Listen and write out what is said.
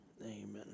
amen